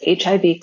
HIV